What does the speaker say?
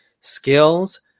skills